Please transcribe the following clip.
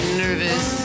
nervous